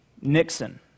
Nixon